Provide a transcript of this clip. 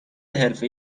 حرفه